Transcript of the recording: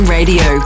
Radio